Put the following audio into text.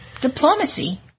Diplomacy